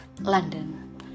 London